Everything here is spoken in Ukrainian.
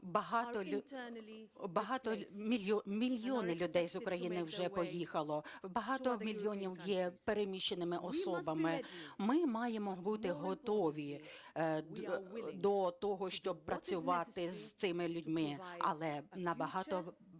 Мільйони людей з України вже поїхали, багато мільйонів є переміщеними особами, ми маємо бути готові до того, щоб працювати з цими людьми, але набагато важливіше